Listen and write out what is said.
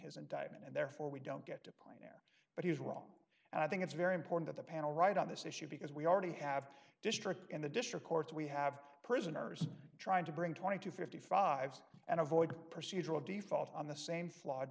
his indictment and therefore we don't get to par but he was wrong and i think it's very important that the panel right on this issue because we already have a district in the district courts we have prisoners trying to bring twenty to fifty five's and avoid procedural default on the same